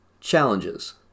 Challenges